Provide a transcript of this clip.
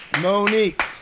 Monique